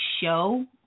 show